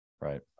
right